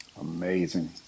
Amazing